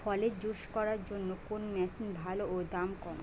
ফলের জুস করার জন্য কোন মেশিন ভালো ও দাম কম?